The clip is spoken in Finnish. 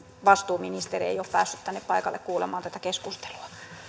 vastuuministeri ei ole päässyt tänne paikalle kuulemaan tätä keskustelua